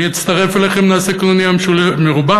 אני אצטרף אליכם, נעשה קנוניה מרובעת.